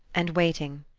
and waiting.